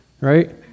right